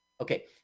okay